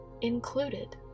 Included